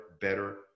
better